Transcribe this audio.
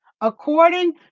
according